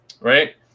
Right